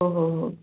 हो हो हो